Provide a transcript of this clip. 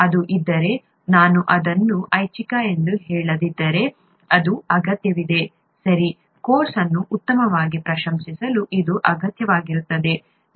ಅದು ಇದ್ದರೆ ನಾನು ಅದನ್ನು ಐಚ್ಛಿಕ ಎಂದು ಹೇಳದಿದ್ದರೆ ಇದು ಅಗತ್ಯವಿದೆ ಸರಿ ಕೋರ್ಸ್ ಅನ್ನು ಉತ್ತಮವಾಗಿ ಪ್ರಶಂಸಿಸಲು ಇದು ಅಗತ್ಯವಾಗಿರುತ್ತದೆ